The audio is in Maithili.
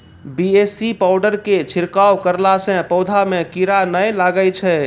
बी.ए.सी पाउडर के छिड़काव करला से पौधा मे कीड़ा नैय लागै छै?